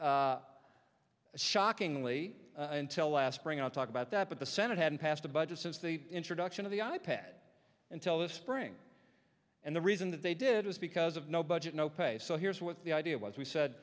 shockingly until last spring i'll talk about that but the senate hadn't passed a budget since the introduction of the i pad until this spring and the reason that they did was because of no budget no pay so here's what the idea was we said